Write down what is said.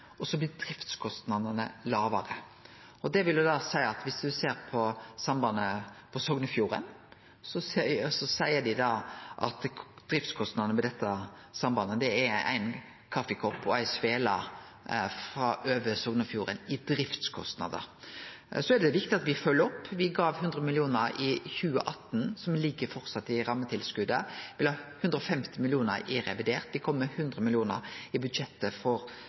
og så blir driftskostnadene lågare. På sambandet på Sognefjorden seier dei at driftskostnadene for dette sambandet er ein kaffikopp og ei svele. Det er viktig at me følgjer opp. Me gav 100 mill. kr i 2018, som framleis ligg i rammetilskotet, me gav 150 mill. kr i revidert, og me kjem med 100 mill. kr i budsjettet for